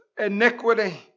Iniquity